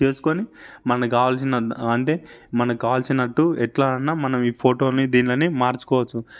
చేసుకొని మనకు కావాల్సిన అంటే మన కావలసినట్టు ఎట్లా అన్నా మనం ఈ ఫోటోని దీంలని మార్చుకోవచ్చు